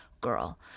girl